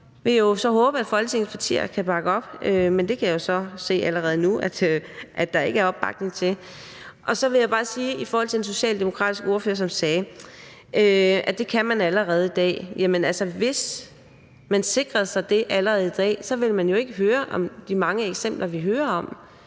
så håbe, at Folketingets partier kan bakke op, men jeg kan se allerede nu, at der ikke er opbakning til det. Og så vil jeg bare sige i forhold til den socialdemokratiske ordfører, som sagde, at det kan man allerede i dag, at hvis man sikrede sig det allerede i dag, ville man jo ikke høre om de mange eksempler, vi hører om.